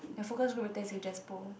ya focus group later is with Jaspo